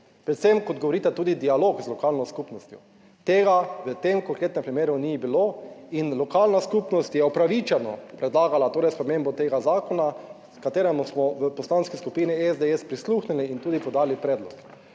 predvsem kot govorite, tudi dialog z lokalno skupnostjo. Tega v tem konkretnem primeru ni bilo in lokalna skupnost je upravičeno predlagala torej spremembo tega zakona, kateremu smo v Poslanski skupini SDS prisluhnili in tudi podali predlog